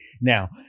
now